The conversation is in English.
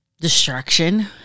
destruction